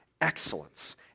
excellence